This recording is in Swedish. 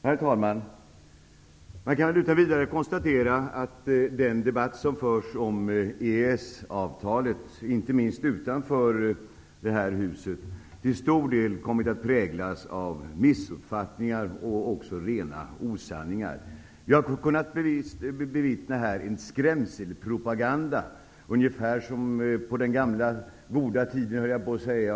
Herr talman! Man kan utan vidare konstatera att den debatt som förs om EES-avtalet, inte minst utanför detta hus, till stor del kommit att präglas av missuppfattningar och även rena osanningar. Vi har här kunnat bevittna en skrämselpropaganda ungefär som på den gamla goda tiden, höll jag på att säga.